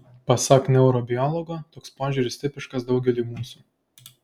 pasak neurobiologo toks požiūris tipiškas daugeliui mūsų